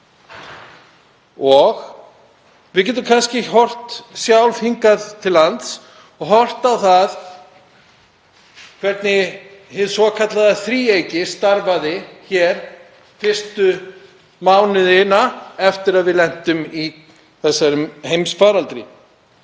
Við getum horft sjálf hingað til lands og horft á það hvernig hið svokallaða þríeyki starfaði hér fyrstu mánuðina eftir að við lentum í þessum heimsfaraldri.